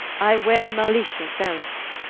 i were malicious else